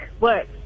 work